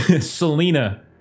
selena